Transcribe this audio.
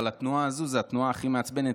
אבל התנועה הזו היא התנועה הכי מעצבנת,